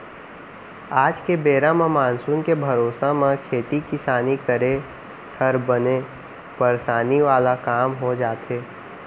आज के बेरा म मानसून के भरोसा म खेती किसानी करे हर बने परसानी वाला काम हो जाथे